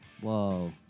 Whoa